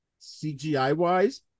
CGI-wise